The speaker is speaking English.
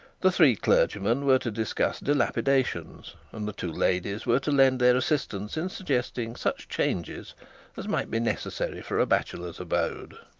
the three clergymen were to discuss dilapidations, and the two ladies were to lend their assistance in suggesting such changes as might be necessary for a bachelor's abode.